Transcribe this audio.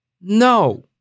No